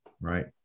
right